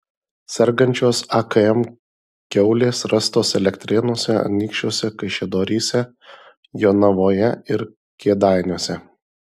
sergančios akm kiaulės rastos elektrėnuose anykščiuose kaišiadoryse jonavoje ir kėdainiuose